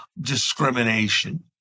discrimination